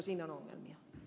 siinä on ongelmia